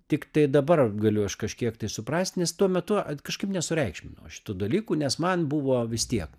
tiktai dabar galiu aš kažkiek tai suprast nes tuo metu a kažkaip nesureikšminau šitų dalykų nes man buvo vis tiek